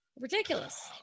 Ridiculous